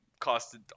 costed